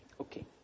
Okay